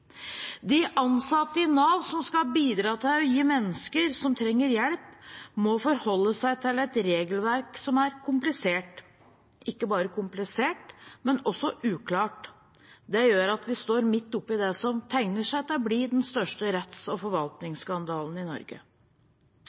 De ansatte i Nav som skal bidra til å gi hjelp til mennesker som trenger det, må forholde seg til et regelverk som er komplisert – ikke bare komplisert, men også uklart. Det gjør at vi står midt oppe i det som tegner til å bli den største retts- og forvaltningsskandalen i Norge.